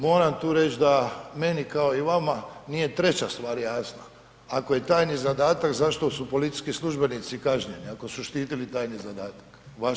Moram tu reć da meni kao i vama nije treća stvar jasna, ako je tajni zadatak zašto su policijski službenici kažnjeni ako su štitili tajni zadatak vašeg iz Zadra?